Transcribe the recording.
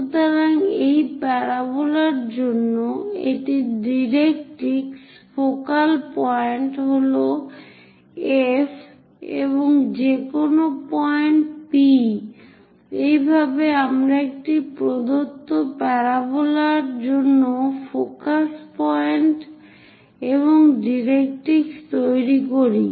সুতরাং এই প্যারাবোলার জন্য এটি ডাইরেক্ট্রিক্স ফোকাল পয়েন্ট হল F এবং যেকোনো পয়েন্ট P এইভাবে আমরা একটি প্রদত্ত প্যারাবোলার জন্য ফোকাস পয়েন্ট এবং ডাইরেক্ট্রিক্স তৈরি করি